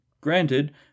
Granted